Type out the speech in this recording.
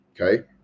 Okay